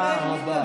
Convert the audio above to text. תודה רבה.